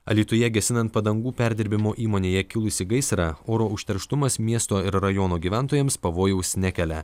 alytuje gesinant padangų perdirbimo įmonėje kilusį gaisrą oro užterštumas miesto ir rajono gyventojams pavojaus nekelia